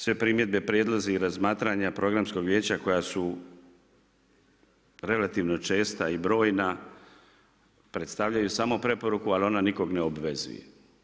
Sve primjedbe, prijedlozi i razmatranja Programskog vijeća koja su relativno česta i brojna predstavljaju samo preporuku, ali ona nikog ne obvezuje.